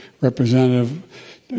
Representative